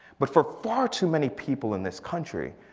but for far too many people in this country,